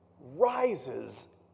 rises